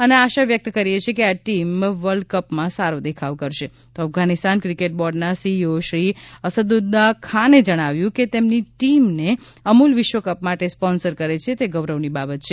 અને આશા વ્યક્ત કરીએ છીએ કે આ ટીમ વર્લ્ડ કપમાં સારો દેખાવ કરશે તો અફઘાનિસ્તાન ક્રિકેટ બોર્ડના સીઈઓ શ્રી અસદ્વલ્લા ખાતે જણાવ્યું છે કે તેમની ટીમને અમૂલ વિશ્વ કપ માટે સ્પોન્સર કરે છે તે ગૌરવની બાબત છે